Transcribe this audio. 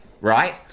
right